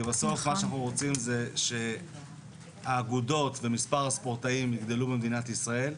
בסוף מה שאנחנו רוצים זה שהאגודות ומספר הספורטאים במדינת ישראל יגדלו,